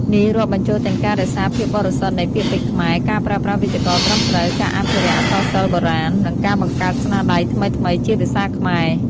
នេះរាប់បញ្ចូលទាំងការរក្សាភាពបរិសុទ្ធនៃពាក្យពេចន៍ខ្មែរ ការប្រើប្រាស់វេយ្យាករណ៍ត្រឹមត្រូវ ការអភិរក្សអក្សរសិល្ប៍បុរាណ និងការបង្កើតស្នាដៃថ្មីៗជាភាសាខ្មែរ។